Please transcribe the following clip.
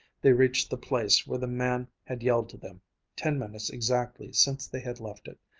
they reached the place where the man had yelled to them ten minutes exactly since they had left it.